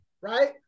right